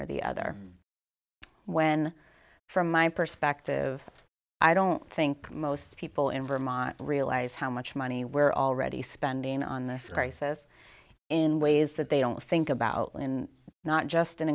or the other when from my perspective i don't think most people in vermont realize how much money we're already spending on this crisis in ways that they don't think about when not just in